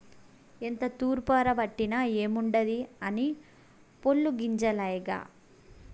ఎంత తూర్పారబట్టిన ఏముండాది అన్నీ పొల్లు గింజలేగా